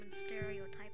stereotype